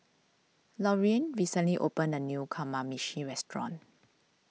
Lorean recently opened a new Kamameshi restaurant